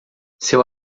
seu